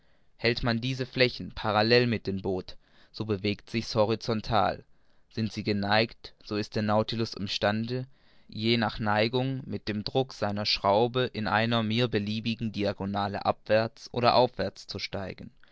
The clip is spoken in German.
hält man diese flächen parallel mit dem boot so bewegt sich's horizontal sind sie geneigt so ist der nautilus im stande je nach der neigung und mit dem druck seiner schraube in einer mir beliebigen diagonale abwärts oder aufwärts zu steigen